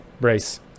brace